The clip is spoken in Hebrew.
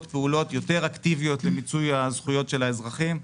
פעולות יותר אקטיביות למיצוי הזכויות של האזרחים,